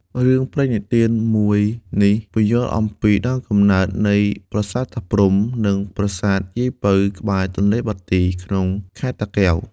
រឿងព្រេងនិទានមួយនេះ ពន្យល់អំពីដើមកំណើតនៃប្រាសាទតាព្រហ្ម និងប្រាសាទយាយពៅ ក្បែរទន្លេបាទី ក្នុងខេត្តតាកែវ។